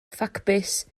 ffacbys